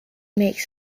makes